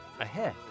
ahead